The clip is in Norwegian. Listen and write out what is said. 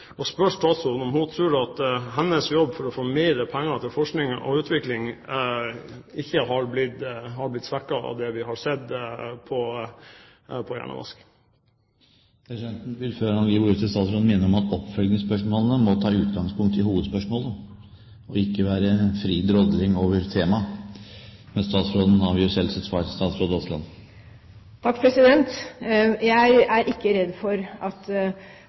statsråden én gang til om hun tror at hennes jobb for å få mer penger til forskning og utvikling ikke har blitt svekket av det vi har sett på programmet Hjernevask. Presidenten vil, før han gir ordet til statsråden, minne om at oppfølgingsspørsmålene må ta utgangspunkt i hovedspørsmålet, og ikke være fri drodling over temaet. Men statsråden avgjør selv sitt svar. Jeg er ikke redd for at